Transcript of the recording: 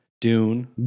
Dune